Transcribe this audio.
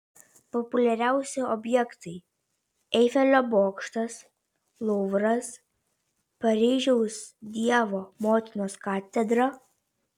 populiariausi objektai eifelio bokštas luvras paryžiaus dievo motinos katedra